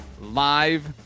live